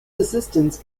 assistance